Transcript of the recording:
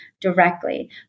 directly